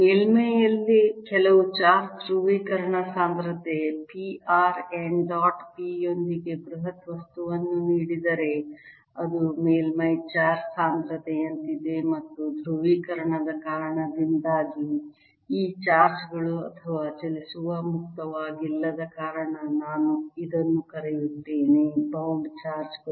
ಮೇಲ್ಮೈಯಲ್ಲಿ ಕೆಲವು ಚಾರ್ಜ್ ಧ್ರುವೀಕರಣ ಸಾಂದ್ರತೆ p r n dot p ಯೊಂದಿಗೆ ಬೃಹತ್ ವಸ್ತುವನ್ನು ನೀಡಿದರೆ ಅದು ಮೇಲ್ಮೈ ಚಾರ್ಜ್ ಸಾಂದ್ರತೆಯಂತಿದೆ ಮತ್ತು ಧ್ರುವೀಕರಣದ ಕಾರಣದಿಂದಾಗಿ ಈ ಚಾರ್ಜ್ ಗಳು ಅಥವಾ ಚಲಿಸಲು ಮುಕ್ತವಾಗಿಲ್ಲದ ಕಾರಣ ನಾನು ಇದನ್ನು ಕರೆಯುತ್ತೇನೆ ಬೌಂಡ್ ಚಾರ್ಜ್ ಗಳು